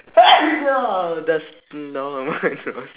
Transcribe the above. that's